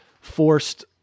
forced